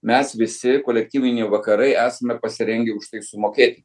mes visi kolektyviniai vakarai esame pasirengę už tai sumokėti